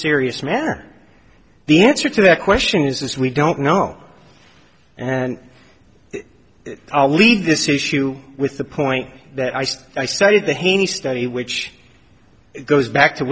serious matter the answer to that question is we don't know and i'll leave this issue with the point that i said i started the haney study which goes back to